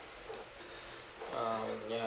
uh ya